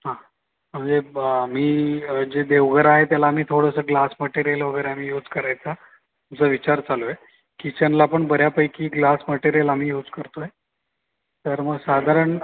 हां मजे ब मी जे देवघर आहे त्याला मी थोडंसं ग्लास मटेरियल वगैरे आम्ही यूज करायचा असा विचार चालू आहे किचनला पण बऱ्यापैकी ग्लास मटेरियल आम्ही यूज करतोय तर मग साधारण